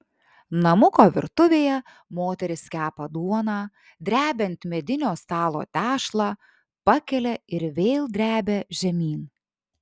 namuko virtuvėje moteris kepa duoną drebia ant medinio stalo tešlą pakelia ir vėl drebia žemyn